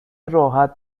راحت